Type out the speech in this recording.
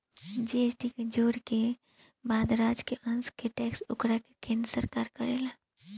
GST के जोड़े के बाद राज्य के अंस के टैक्स ओकरा के केन्द्र सरकार करेले